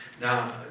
Now